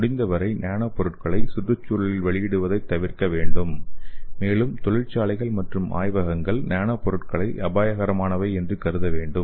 முடிந்தவரை நானோ பொருட்களை சுற்றுச்சூழலில் வெளியிடுவதை தவிர்க்க வேண்டும் மேலும் தொழிற்சாலைகள் மற்றும் ஆய்வகங்கள் நானோ பொருட்களை அபாயகரமானவை என்று கருத வேண்டும்